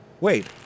Wait